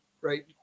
right